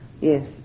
yes